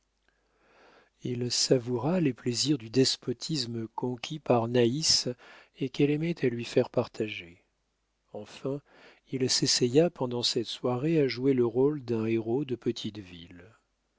il savoura les plaisirs du despotisme conquis par naïs et qu'elle aimait à lui faire partager enfin il s'essaya pendant cette soirée à jouer le rôle d'un héros de petite ville